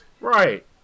Right